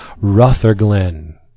Rutherglen